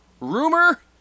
Rumor